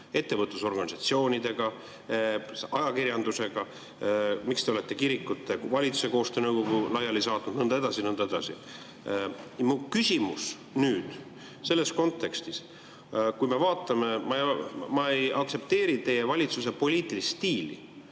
ettevõtlusorganisatsioonidega, ajakirjandusega? Miks te olete valitsuse ja kirikute koostöönõukogu laiali saatnud? Ja nõnda edasi ja nõnda edasi. Mu küsimus selles kontekstis, kui me vaatame … Ma ei aktsepteeri teie valitsuse poliitilist stiili,